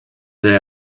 they